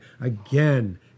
Again